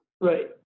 Right